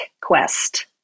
quest